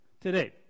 Today